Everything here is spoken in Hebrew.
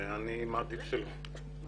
אני בדרך כלל לא מאפשרת